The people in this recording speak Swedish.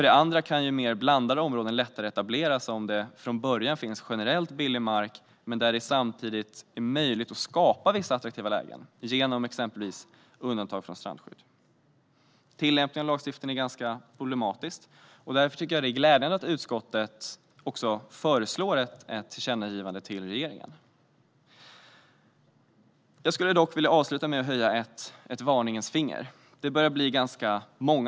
Dessutom kan mer blandade områden lättare etableras om det från början finns generellt billig mark men om det samtidigt är möjligt att skapa vissa attraktiva lägen, genom till exempel undantag från strandskydd. Tillämpningen av lagstiftningen är ganska problematisk. Därför är det glädjande att utskottet föreslår ett tillkännagivande till regeringen. Jag vill dock avsluta med att höja ett varningens finger.